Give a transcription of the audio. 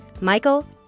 Michael